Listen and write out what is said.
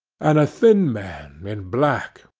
and a thin man in black,